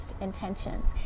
intentions